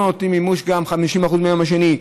לא נותנים מימוש 50% מהיום השני,